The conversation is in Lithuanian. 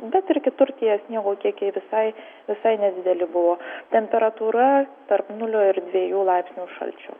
bet ir kitur tie sniego kiekiai visai visai nedideli buvo temperatūra tarp nulio ir dviejų laipsnių šalčio